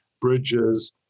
bridges